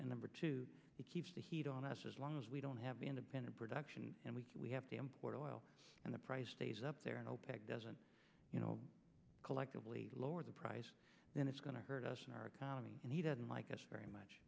and number two it keeps the heat on us as long as we don't have independent production and we can we have to import oil and the price stays up there and opec doesn't you know collectively lower the price then it's going to hurt us in our economy and he doesn't like us very much